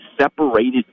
separated